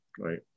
Right